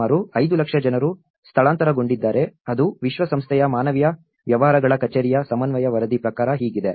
ಸುಮಾರು 5 ಲಕ್ಷ ಜನರು ಸ್ಥಳಾಂತರಗೊಂಡಿದ್ದಾರೆ ಅದು ವಿಶ್ವಸಂಸ್ಥೆಯ ಮಾನವೀಯ ವ್ಯವಹಾರಗಳ ಕಚೇರಿಯ ಸಮನ್ವಯ ವರದಿಯ ಪ್ರಕಾರ ಹೀಗಿದೆ